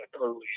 early